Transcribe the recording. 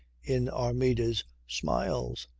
in armida's smiles.